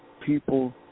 people